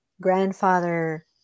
grandfather